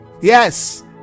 Yes